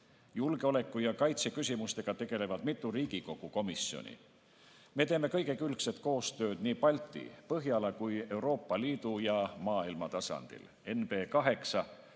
Julgeoleku‑ ja kaitseküsimustega tegelevad mitu Riigikogu komisjoni. Me teeme kõigekülgset koostööd nii Balti, Põhjala kui ka Euroopa Liidu ja maailma tasandil.